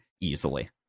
easily